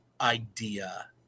idea